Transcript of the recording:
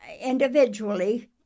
individually